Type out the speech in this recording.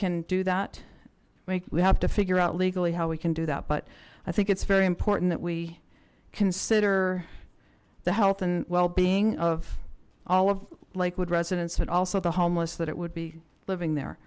can do that we have to figure out legally how we can do that but i think it's very important that we consider the health and wellbeing of all of lakewood residents and also the homeless that it would be living there